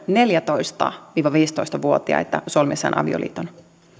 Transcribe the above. neljätoista viiva viisitoista vuotiaita solmiessaan avioliiton